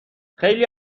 خیلی